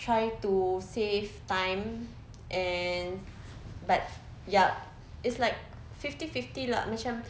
try to save time and but yup it's like fifty fifty lah macam